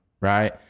right